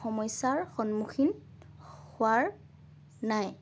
সমস্যাৰ সন্মুখীন হোৱা নাই